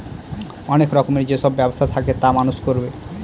অনেক রকমের যেসব ব্যবসা থাকে তা মানুষ করবে